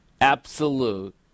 Absolute